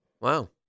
Wow